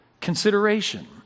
consideration